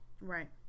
Right